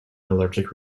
allergic